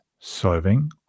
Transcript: solving